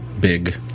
big